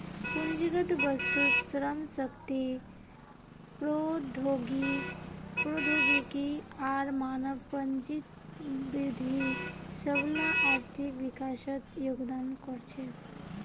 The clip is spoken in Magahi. पूंजीगत वस्तु, श्रम शक्ति, प्रौद्योगिकी आर मानव पूंजीत वृद्धि सबला आर्थिक विकासत योगदान कर छेक